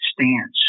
stance